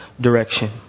direction